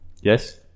Yes